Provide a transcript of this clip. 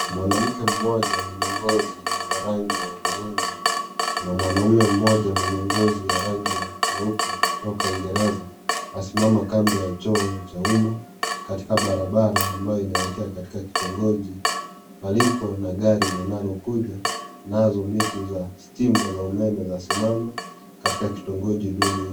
Mwanamke mmoja mwenye ngozi ya rangi ya hudhurungi na mwanaume mmoja mwenye ngozi ya rangi ya nyeupe kutoka uingereza asimama kando ya choo cha umma katika barabara ambayo inaelekea katika kitongoji palipo na gari linalokuja nazo miti za stima za umeme zasimama katika kitongoji duni hii.